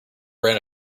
brand